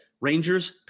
Rangers